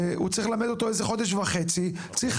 הוא צריך ללמד אותו איזה חודש וחצי,